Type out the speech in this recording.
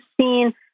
seen